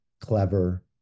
clever